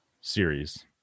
series